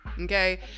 okay